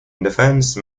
defense